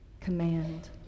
command